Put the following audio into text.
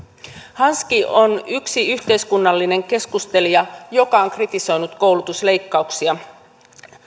hanski on yksi yhteiskunnallinen keskustelija joka on kritisoinut koulutusleikkauksia